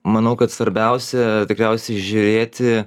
manau kad svarbiausia tikriausiai žiūrėti